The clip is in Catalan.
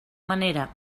manera